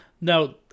now